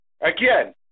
Again